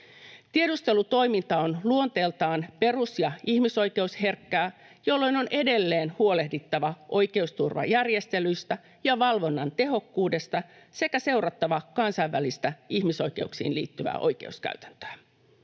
Tiedustelutoiminta on luonteeltaan perus- ja ihmisoikeusherkkää, jolloin on edelleen huolehdittava oikeusturvajärjestelyistä ja valvonnan tehokkuudesta sekä seurattava kansainvälistä ihmisoikeuksiin liittyvää oikeuskäytäntöä.